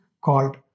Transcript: called